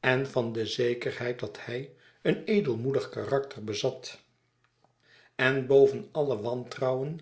en van de zekerheid dat hij een edelmoedig karakter bezat en boven alle wantrouwen